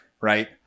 right